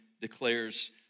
declares